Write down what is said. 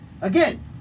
Again